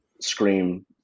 scream